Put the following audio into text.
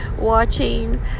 Watching